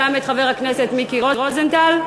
גם את חבר הכנסת מיקי רוזנטל,